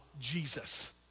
Jesus